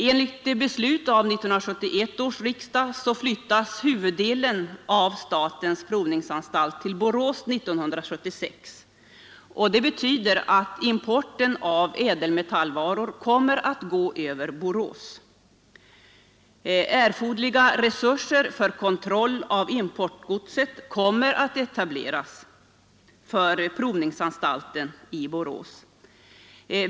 Enligt beslut av 1971 års riksdag flyttas huvuddelen av statens provningsanstalt till Borås 1976, och det betyder att importen av ädelmetallvaror kommer att gå över Borås. Erforderliga resurser för kontroll av importgodset kommer att etableras för provningsanstalten i Borås.